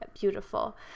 beautiful